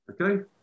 Okay